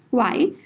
why?